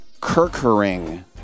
Kirkering